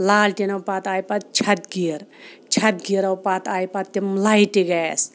لالٹیٖنو پَتہٕ آے پَتہٕ چھَتہٕ گیٖر چھَتہٕ گیٖرو پَتہٕ آے پَتہٕ تِم لایٹہِ گیس